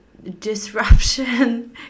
disruption